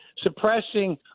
suppressing